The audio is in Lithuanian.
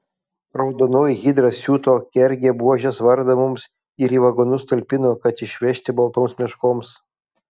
raudonoji hidra siuto kergė buožės vardą mums ir į vagonus talpino kad išvežti baltoms meškoms